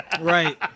Right